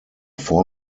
vor